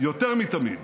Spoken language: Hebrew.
יותר מתמיד